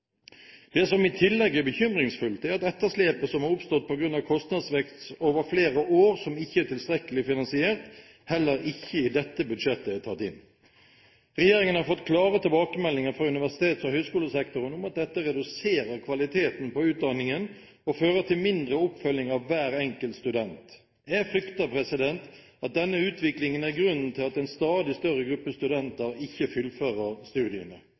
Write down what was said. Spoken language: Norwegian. Det som i tillegg er bekymringsfullt, er at etterslepet som har oppstått på grunn av kostnadsvekst over flere år, og som ikke er tilstrekkelig finansiert, heller ikke i dette budsjettet er tatt inn. Regjeringen har fått klare tilbakemeldinger fra universitets- og høyskolesektoren om at dette reduserer kvaliteten på utdanningen og fører til mindre oppfølging av hver enkelt student. Jeg frykter at denne utviklingen er grunnen til at en stadig større gruppe studenter ikke fullfører studiene.